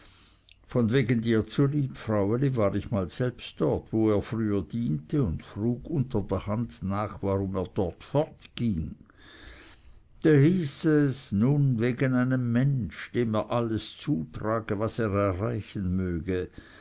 von wegen dir zulieb fraueli war ich mal selbst dort wo er früher diente und frug unter der hand nach warum er dort fortging da hieß es nun wegen einem mensch dem er alles zutrage was er erreichen möge